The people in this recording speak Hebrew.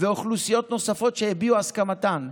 ואוכלוסיות נוספות שהביעו את הסכמתן.